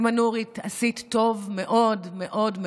אימא נורית, עשית טוב מאוד מאוד.